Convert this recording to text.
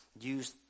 use